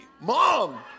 mom